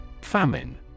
Famine